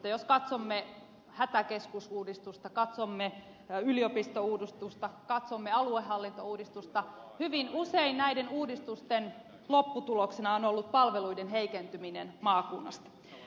jos katsomme hätäkeskusuudistusta katsomme yliopistouudistusta katsomme aluehallintouudistusta hyvin usein näiden uudistusten lopputuloksena on ollut palveluiden heikentyminen maakunnissa